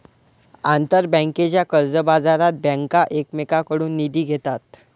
आंतरबँकेच्या कर्जबाजारात बँका एकमेकांकडून निधी घेतात